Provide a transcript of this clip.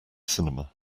cinema